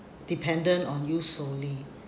dependent on you solely